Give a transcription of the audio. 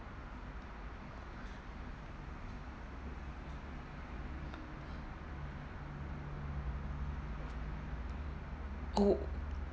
oh